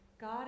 God